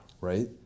right